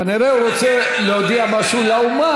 כנראה הוא רוצה להודיע משהו לאומה,